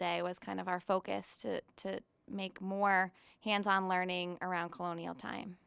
day was kind of our focus to to make more hands on learning around colonial time